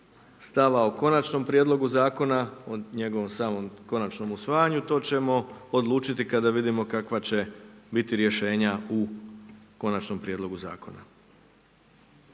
stava o konačnom prijedlogu zakona, o njegovom samom konačnom usvajanju, to ćemo odlučiti, kada vidimo kakva će biti rješenja u konačnom prijedlogu zakona.